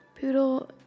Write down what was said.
Poodle